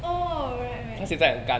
oh right right